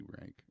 rank